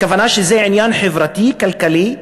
הכוונה שזה עניין חברתי, כלכלי,